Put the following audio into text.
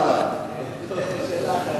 הוא הספיק עוד להיות מפא"יניק?